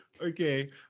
okay